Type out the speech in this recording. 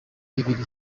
ibiri